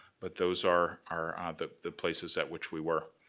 but those are are the the places at which we were.